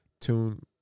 Tune